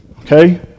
okay